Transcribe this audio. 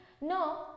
No